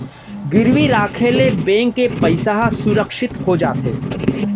गिरवी राखे ले बेंक के पइसा ह सुरक्छित हो जाथे